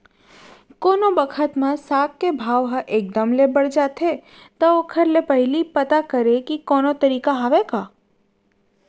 कोनो बखत म साग के भाव ह एक दम ले बढ़ जाथे त ओखर ले पहिली पता करे के कोनो तरीका हवय का?